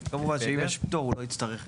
כמובן, שאם יש פטור הוא לא יצטרך להגיש.